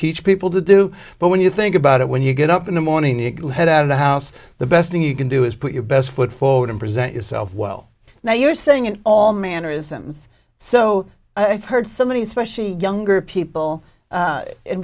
teach people to do but when you think about it when you get up in the morning the head out of the house the best thing you can do is put your best foot forward and present yourself well now you're saying it all mannerisms so i've heard so many especially younger people